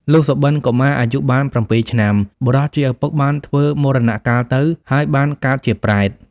លុះ សុបិនកុមារអាយុ បាន៧ ឆ្នាំ បុរសជាឪពុកបានធ្វើមរណកាលទៅ ហើយបានកើតជាប្រេត។